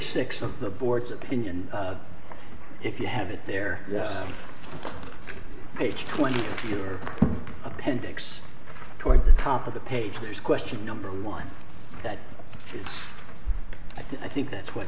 six of the board's opinion if you have it there page twenty your appendix toward the top of the page is question number line that i think that's what